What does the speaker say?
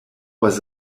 was